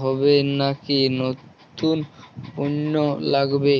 হবে নাকি নতুন পণ্য লাগবে?